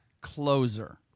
closer